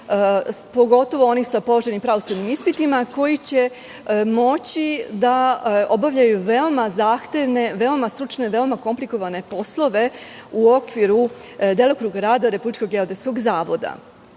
pogotovo onih sa položenim pravosudnim ispitima, koji će moći da obavljaju veoma zahtevne, veoma stručne, veoma komplikovane poslove u okviru delokruga rada RGZ. Dakle, to